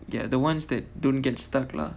they're the ones that don't get stuck lah